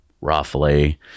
roughly